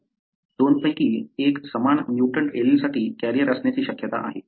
दोनपैकी एक समान म्युटंट एलीलसाठी कॅरियर असण्याची शक्यता आहे